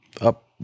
up